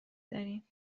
داریم